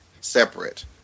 separate